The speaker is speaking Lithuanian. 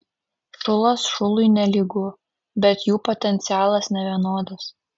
šulas šului nelygu bet jų potencialas nevienodas